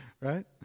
right